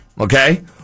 okay